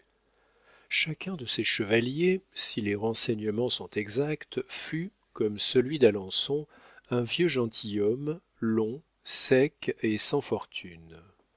chacun de ces chevaliers si les renseignements sont exacts fut comme celui d'alençon un vieux gentilhomme long sec et sans fortune